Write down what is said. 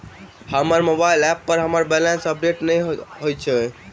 हमर mobile app पर हमर बैलेंस अपडेट नहि अछि